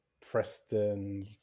Preston